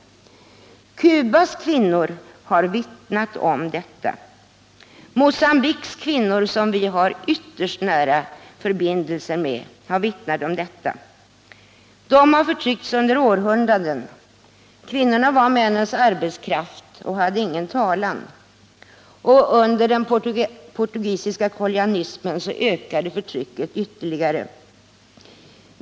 Cubas kvinnor har vittnat om detta. Mogambiques kvinnor, som vi har ytterst nära förbindelser med, har vittnat om detta. Mocgambiques kvinnor hade förtryckts under århundraden. Kvinnorna var männens arbetskraft och hade ingen talan. Under den portugisiska kolonialismen ökade förtrycket ytterligare.